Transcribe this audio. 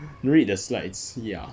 read the slides ya